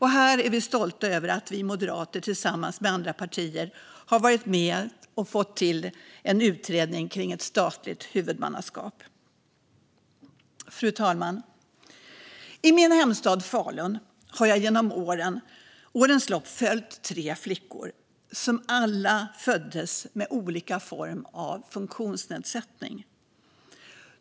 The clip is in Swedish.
Här är vi stolta över att vi moderater tillsammans med andra partier har fått till en utredning om ett statligt huvudmannaskap. Fru talman! I min hemstad Falun har jag genom årens lopp följt tre flickor, som alla föddes med olika funktionsnedsättningar.